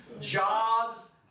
jobs